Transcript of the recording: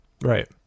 Right